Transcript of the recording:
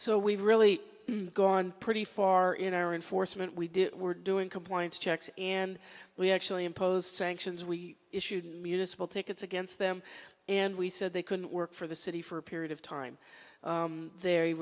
we've really gone pretty far in our enforcement we do we're doing compliance checks and we're actually imposed sanctions we issued municipal tickets against them and we said they couldn't work for the city for a period of time there